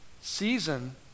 season